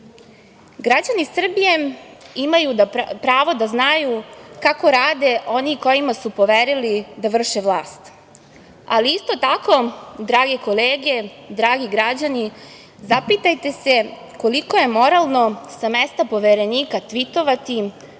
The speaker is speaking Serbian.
zemlju. Građani Srbije imaju pravo da znaju kako rade oni kojima su poverili da vrše vlast, ali isto tako, drage kolege, dragi građani, zapitajte se koliko je moralno sa mesta poverenika tvitovati,